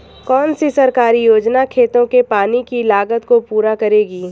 कौन सी सरकारी योजना खेतों के पानी की लागत को पूरा करेगी?